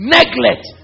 Neglect